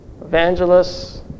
Evangelists